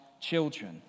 children